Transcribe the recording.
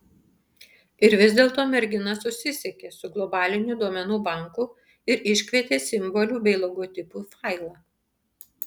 ir vis dėlto mergina susisiekė su globaliniu duomenų banku ir iškvietė simbolių bei logotipų failą